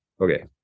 okay